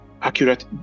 accurate